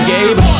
Gabe